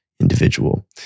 individual